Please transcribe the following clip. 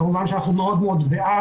כמובן שאנחנו מאוד בעד,